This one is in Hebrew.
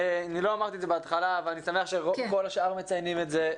אני לא אמרתי את זה בהתחלה אבל אני שמח שכל השאר מציינים את זה.